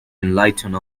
enlightened